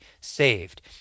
saved